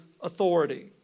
authority